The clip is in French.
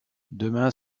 demain